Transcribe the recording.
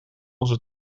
onze